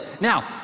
Now